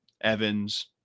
Evans